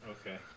Okay